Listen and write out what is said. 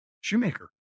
shoemaker